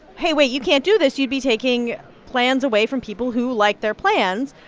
hey, wait, you can't do this you'd be taking plans away from people who like their plans,